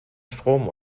strom